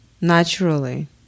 naturally